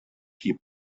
keep